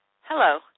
Hello